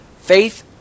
faith